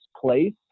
place